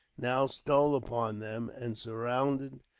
now stole upon them, and surrounded